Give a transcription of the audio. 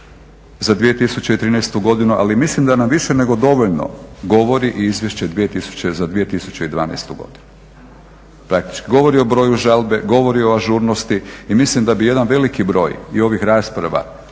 za 2013. godinu. Ali mislim da nam više nego dovoljno govori i izvješće za 2012. godinu, praktički govori o broju žalbe, govori o ažurnosti i mislim da bi jedan veliki broj i ovih rasprava